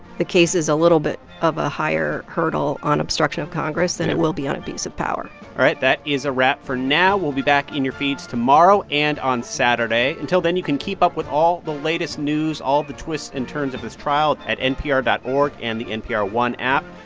the case is a little bit of a higher hurdle on obstruction of congress than it will be on abuse of power all right. that is a wrap for now. we'll be back in your feeds tomorrow and on saturday. until then, you can keep up with all the latest news, all the twists and turns of this trial at npr dot org and the npr one app.